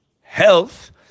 health